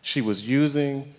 she was using